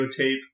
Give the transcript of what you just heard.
videotape